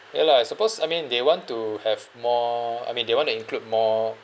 ya lah I suppose I mean they want to have more I mean they want to include more